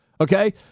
okay